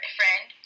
friend